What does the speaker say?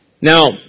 Now